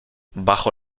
bajo